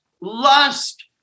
lust